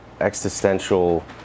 existential